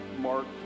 Mark